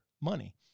money